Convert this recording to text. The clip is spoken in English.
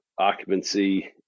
occupancy